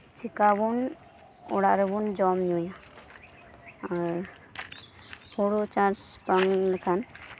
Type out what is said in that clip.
ᱪᱤᱠᱟᱹᱵᱚᱱ ᱚᱲᱟᱜ ᱨᱮᱵᱩᱱ ᱡᱚᱢᱧᱩᱭᱟ ᱟᱨ ᱦᱳᱲᱳᱪᱟᱥ ᱵᱟᱝᱠᱷᱟᱱ